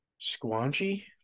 squanchy